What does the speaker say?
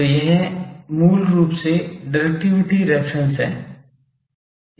तो यह मूल रूप से डिरेक्टिविटी रेफेरेंस है